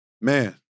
Man